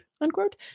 unquote